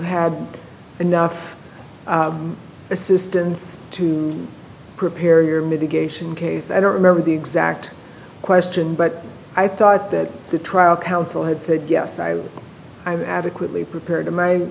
have enough assistance to prepare your mitigation case i don't remember the exact question but i thought that the trial counsel had said yes i'm adequately prepared to my